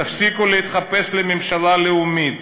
תפסיקו להתחפש לממשלה לאומית,